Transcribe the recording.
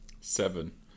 seven